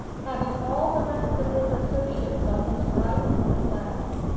having all the rest of his associates on his right and left,